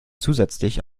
zusätzlich